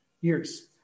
years